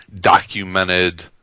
documented